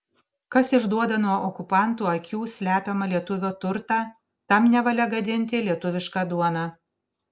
kas išduoda nuo okupantų akių slepiamą lietuvio turtą tam nevalia gadinti lietuvišką duoną